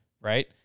right